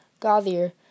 Gothier